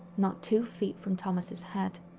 not two feet from thomas' head.